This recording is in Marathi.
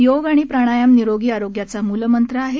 योग आणि प्राणायाम निरोगी आरोग्याचा मूलमंत्र आहे